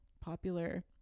popular